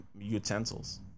Utensils